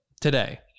today